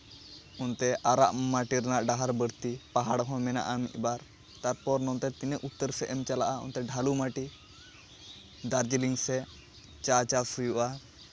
ᱚᱱᱛᱮ ᱟᱨᱟᱜ ᱢᱟᱹᱴᱤ ᱨᱮᱭᱟᱜ ᱰᱟᱦᱟᱨ ᱵᱟᱹᱲᱛᱤ ᱯᱟᱦᱟᱲ ᱦᱚᱸ ᱢᱮᱱᱟᱜᱼᱟ ᱢᱤᱫᱼᱵᱟᱨ ᱛᱟᱨᱯᱚᱨ ᱱᱚᱱᱛᱮ ᱛᱤᱱᱟᱹᱜ ᱩᱛᱛᱚᱨ ᱥᱮᱜ ᱮᱢ ᱪᱟᱞᱟᱜᱼᱟ ᱚᱱᱛᱮ ᱰᱷᱟᱹᱞᱩ ᱢᱟᱹᱴᱤ ᱫᱟᱨᱡᱤᱞᱤᱝ ᱥᱮᱜ ᱪᱟ ᱪᱟᱥ ᱦᱩᱭᱩᱜᱼᱟ